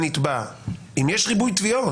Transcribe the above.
אם יש ריבוי תביעות.